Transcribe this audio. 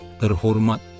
terhormat